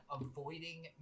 avoiding